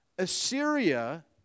Assyria